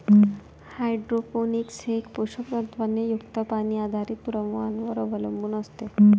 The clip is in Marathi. हायड्रोपोनिक्स हे पोषक तत्वांनी युक्त पाणी आधारित द्रावणांवर अवलंबून असते